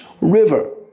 river